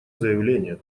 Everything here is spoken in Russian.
заявление